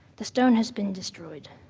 the stone has been destroyed.